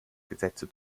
gesetze